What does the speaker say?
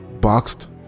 Boxed